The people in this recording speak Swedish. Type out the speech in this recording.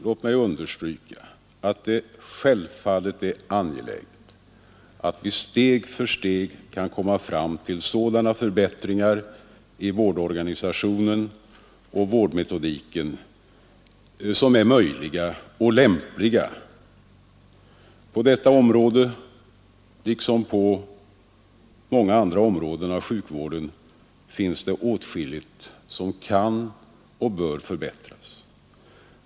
Låt mig understryka att det självfallet är angeläget att vi steg för steg kan komma fram till sådana förbättringar i vårdorganisationen och vårdmetodiken som är möjliga och lämpliga. På detta område liksom på många andra områden av sjukvården finns det åtskilligt som kan och bör förbättras.